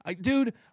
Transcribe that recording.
Dude